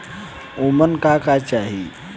उमन का का चाही?